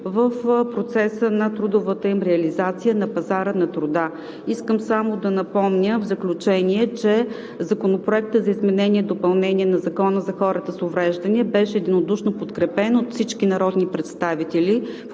в процеса на трудовата им реализация на пазара на труда. В заключение, искам само да напомня, че Законопроектът за изменение и допълнение на Закона за хората с увреждания беше единодушно подкрепен от всички народни представители